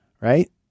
Right